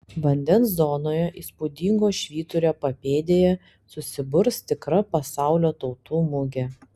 vandens zonoje įspūdingo švyturio papėdėje susiburs tikra pasaulio tautų mugė